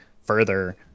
further